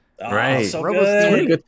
right